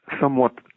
Somewhat